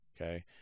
okay